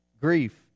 grief